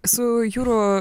su juru